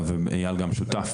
ואייל גם שותף,